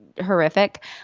horrific